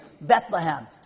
Bethlehem